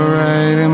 right